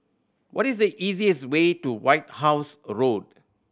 what is the easiest way to White House Road